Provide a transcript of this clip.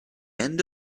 end